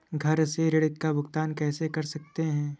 घर से ऋण का भुगतान कैसे कर सकते हैं?